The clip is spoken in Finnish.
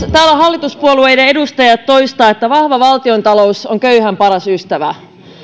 täällä hallituspuolueiden edustajat toistavat että vahva valtiontalous on köyhän paras ystävä